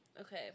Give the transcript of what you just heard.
okay